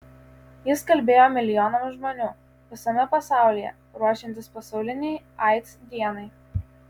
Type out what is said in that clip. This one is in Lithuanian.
jis kalbėjo milijonams žmonių visame pasaulyje ruošiantis pasaulinei aids dienai